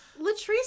Latrice